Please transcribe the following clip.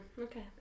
okay